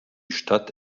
stadt